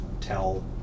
tell